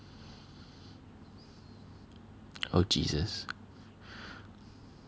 oh jesus